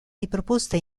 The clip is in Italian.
riproposta